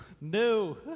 No